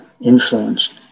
influenced